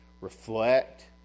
reflect